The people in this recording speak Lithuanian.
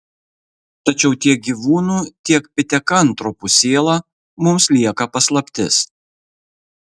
tačiau tiek gyvūnų tiek pitekantropų siela mums lieka paslaptis